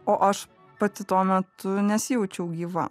o aš pati tuo metu nesijaučiau gyva